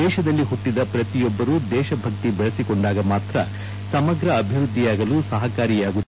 ದೇಶದಲ್ಲಿ ಹುಟ್ಟದ ಪ್ರತಿಯೊಬ್ಬರು ದೇಶ ಭಕ್ತಿ ಬೆಳೆಸಿಕೊಂಡಾಗ ಮಾತ್ರ ಸಮಗ್ರ ಅಭಿವೃದ್ದಿಯಾಗಲು ಸಹಕಾರಿಯಾಗುತ್ತದೆ